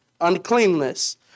uncleanness